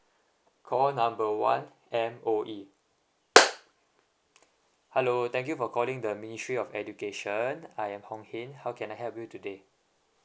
call number one M_O_E hello thank you for calling the ministry of education I am hong hin how can I help you today